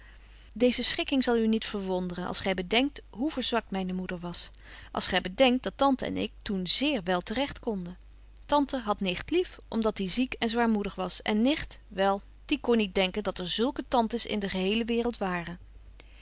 deeze schikking zal u niet verwonderen als gy bedenkt hoe verzwakt myne moeder was als gy bedenkt dat tante en ik toen zéér wél te recht konden tante hadt nicht lief om dat die ziek en zwaarmoedig was en nicht wel die kon niet denken dat er zulke tantes in de geheele waereld waren